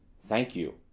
thank you,